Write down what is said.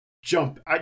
Jump